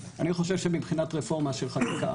אני חושב שמבחינת רפורמה של חקיקה